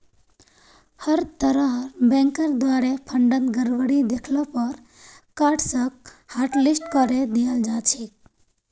हर तरहर बैंकेर द्वारे फंडत गडबडी दख ल पर कार्डसक हाटलिस्ट करे दियाल जा छेक